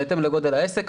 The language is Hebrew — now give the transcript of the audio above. בהתאם לגודל העסק,